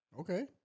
Okay